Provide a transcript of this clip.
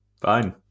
fine